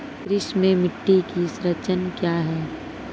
कृषि में मिट्टी की संरचना क्या है?